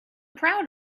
proud